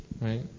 Right